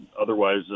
otherwise